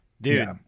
Dude